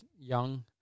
young